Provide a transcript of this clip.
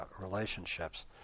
relationships